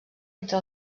entre